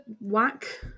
whack